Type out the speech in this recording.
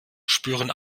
spüren